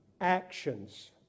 actions